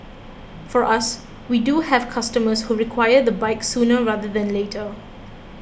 for us we do have customers who require the bike sooner rather than later